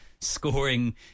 scoring